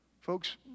Folks